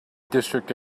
district